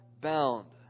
bound